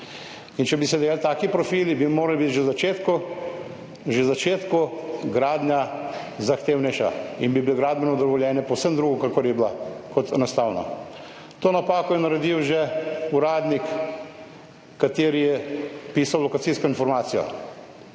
in če bi se delali taki profili, bi morali biti že v začetku, že v začetku gradnja zahtevnejša in bi bilo gradbeno dovoljenje povsem drugo, kakor je bila, kot enostavno. To napako je naredil že uradnik, kateri je pisal lokacijsko informacijo